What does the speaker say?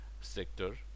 sector